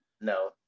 No